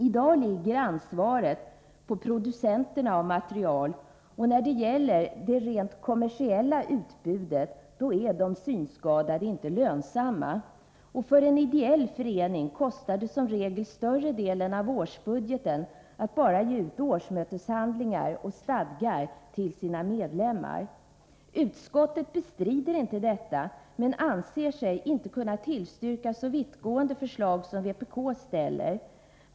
I dag ligger ansvaret på producenterna av material, och när det gäller det rent kommersiella utbudet är de synskadade inte lönsamma. För en ideell förening kostar det som regel större delen av årsbudgeten att bara ge ut årsmöteshandlingar och stadgar till sina medlemmar. Utskottet bestrider inte detta, men anser sig inte kunna tillstyrka så vittgående förslag som dem vpk lägger fram.